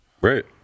Right